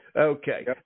Okay